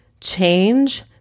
change